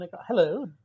Hello